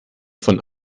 von